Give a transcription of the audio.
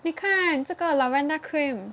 你看这个 lavender creme